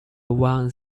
one